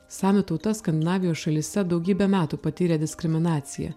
samių tauta skandinavijos šalyse daugybę metų patyrė diskriminaciją